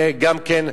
וגם כן,